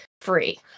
Free